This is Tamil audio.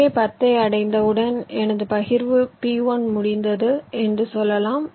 எனவே 10 ஐ அடைந்தவுடன் எனது பகிர்வு P1 முடிந்தது என்று சொல்லலாம்